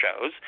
shows